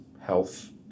health